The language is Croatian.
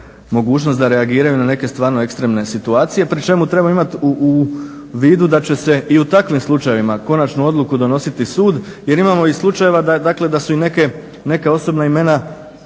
da reagiraju na neke stvarno ekstremne situacije pri čemu treba imati u vidu da će se i u takvim slučajevima konačnu odluku donositi sud jer imamo i slučajeva da su neka osobna imena